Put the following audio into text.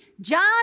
John